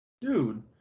Dude